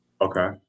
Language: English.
Okay